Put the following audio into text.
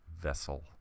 vessel